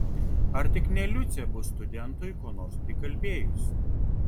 ar tik ne liucė bus studentui ko nors prikalbėjus